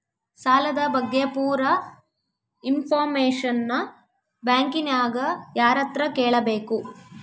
ಸಾಲದ ಬಗ್ಗೆ ಪೂರ ಇಂಫಾರ್ಮೇಷನ ಬ್ಯಾಂಕಿನ್ಯಾಗ ಯಾರತ್ರ ಕೇಳಬೇಕು?